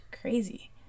crazy